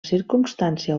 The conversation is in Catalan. circumstància